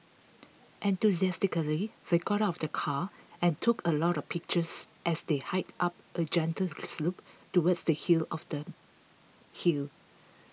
enthusiastically they got out of the car and took a lot of pictures as they hiked up a gentle slope towards the hill of the hill